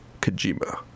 Kojima